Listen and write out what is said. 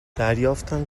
دریافتم